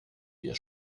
wir